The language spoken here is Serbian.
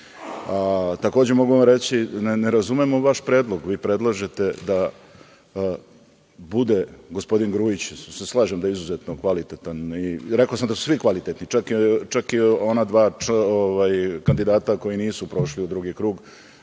mogu vam reći, ne razumemo vaš predlog. Vi predlažete da bude gospodin Grujić, i slažem se da je izuzetno kvalitetan i rekao sam da su svi kvalitetni, čak i ona dva kandidata koji nisu prošli u drugi krug.